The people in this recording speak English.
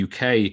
UK